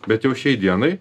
bet jau šiai dienai